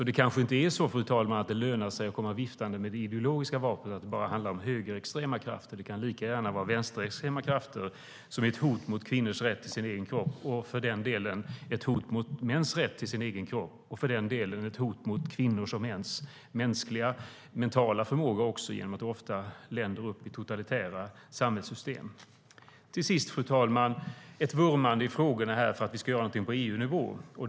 Det kanske inte är så, fru talman, att det lönar sig att komma viftande med det ideologiska vapnet och säga att det bara handlar om högerextrema krafter. Det kan lika gärna vara vänsterextrema krafter som är ett hot mot kvinnors rätt till sin egen kropp, och för den delen ett hot mot mäns rätt till sin egen kropp eller ett hot mot kvinnors och mäns mänskliga mentala förmåga i länder med totalitära samhällssystem. Till sist, fru talman, gäller det vurmandet för att vi ska göra någonting på EU-nivå i dessa frågor.